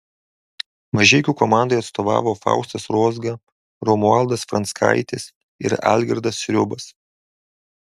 mažeikių komandai atstovavo faustas rozga romualdas franckaitis ir algirdas sriubas